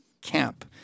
camp